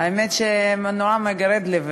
האמת שנורא מגרד לי,